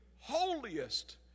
holiest